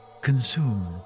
consumed